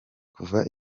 kuva